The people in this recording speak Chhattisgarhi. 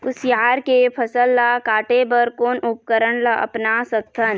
कुसियार के फसल ला काटे बर कोन उपकरण ला अपना सकथन?